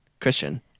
Christian